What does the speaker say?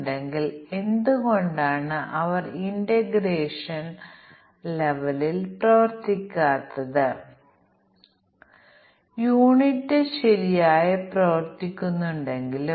അല്ലാത്തപക്ഷം പ്രശ്നം കൂടുതൽ സങ്കീർണമാവുകയും അത് നമുക്ക് പരിഹരിക്കാനാവുകയും ചെയ്യും എന്നാൽ ആദ്യം പ്രശ്നം സംസ്ഥാന സ്വതന്ത്രമാണെന്ന ഈ ലളിതമായ പ്രശ്നം പരിഹരിക്കാൻ നമുക്ക് ശ്രമിക്കാം